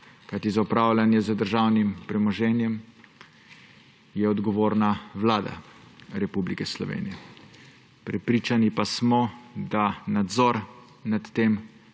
saj je upravljanje z državnim premoženjem odgovorna Vlada Republike Slovenije. Prepričani pa smo, da nadzor nad tem